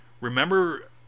Remember